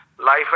Life